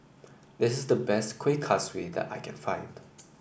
this is the best Kueh Kaswi that I can find